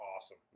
awesome